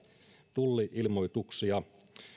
tulli ilmoituksia